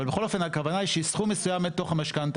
אבל בכל אופן הכוונה היא שסכום מסוים מהמשכנתא,